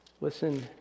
Listen